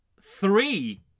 Three